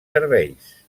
serveis